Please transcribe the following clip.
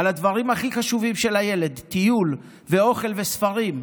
על הדברים הכי חשובים של הילד, טיול ואוכל וספרים,